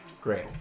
Great